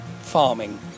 farming